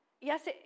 Yes